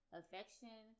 affection